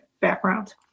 background